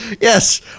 Yes